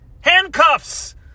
Handcuffs